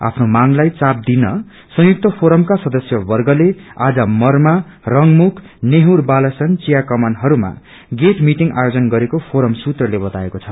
आफ्नो मांगलाई चाप दिन संयुक्त फोरमका सदस्यवप्रले आज मरमा रंगमूक नेहूर बालासन चिया कमानहरूमा गेट मिटिंग आयोजन गरेको फोरम सूत्रले बताएको छ